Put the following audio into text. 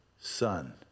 son